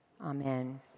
Amen